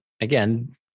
again